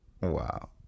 Wow